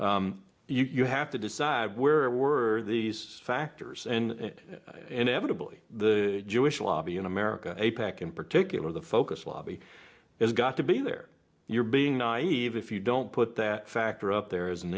you have to decide where were these factors and inevitably the jewish lobby in america apac in particular the focus lobby has got to be there you're being naive if you don't put that factor up there is an